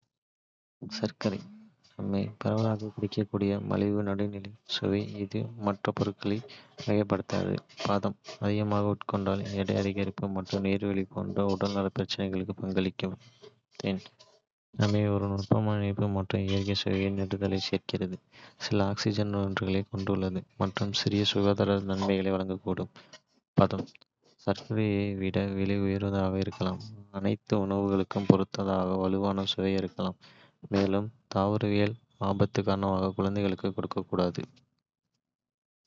சர்க்கரை. நன்மை பரவலாகக் கிடைக்கக்கூடிய, மலிவு, நடுநிலை சுவை, இது மற்ற பொருட்களை மிகைப்படுத்தாது. பாதகம் அதிகமாக உட்கொண்டால் எடை அதிகரிப்பு மற்றும் நீரிழிவு போன்ற உடல்நலப் பிரச்சினைகளுக்கு பங்களிக்கும். தேன். நன்மை ஒரு நுட்பமான இனிப்பு மற்றும் இயற்கை சுவையின் தொடுதலை சேர்க்கிறது. சில ஆக்ஸிஜனேற்றங்களைக் கொண்டுள்ளது மற்றும் சிறிய சுகாதார நன்மைகளை வழங்கக்கூடும். பாதகம் சர்க்கரையை விட விலை உயர்ந்ததாக இருக்கலாம், அனைத்து உணவுகளுக்கும் பொருந்தாத வலுவான சுவை இருக்கலாம், மேலும் தாவரவியல் ஆபத்து காரணமாக குழந்தைகளுக்கு கொடுக்கக்கூடாது.